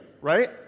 right